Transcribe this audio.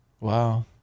Wow